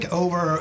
over